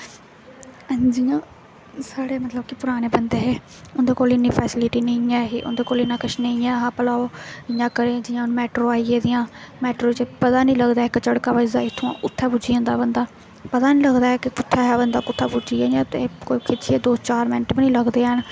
जियां साढ़े मतलब कि पराने बंदे हे उं'दे कोल इन्नी फैसीलिटी नेईं ऐ ही उंदे कोल इन्ना किश निं ऐ हा भला ओह् इ'यां करें जियां हून मेट्रो आई गेदियां मेट्रो च पता नेईं लगदा इक झडका बजदा इत्थुआं उत्थें पुज्जी जंदा बंदा पता नेईं लगदा कि कुत्थें ऐ बंदा कु'त्थें पुज्जी गेआते इ'यां खिच्चियै कोई दो चार मैंट्ट बी है नी लगदे हैन